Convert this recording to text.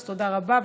אז תודה רבה.